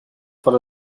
for